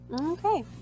Okay